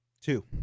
Two